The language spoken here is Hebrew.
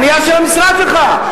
הנייר של המשרד שלך,